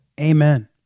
amen